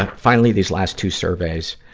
ah finally these last two surveys.